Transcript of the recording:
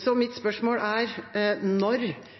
Så mitt spørsmål er: Når